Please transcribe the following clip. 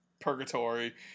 purgatory